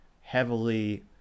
heavily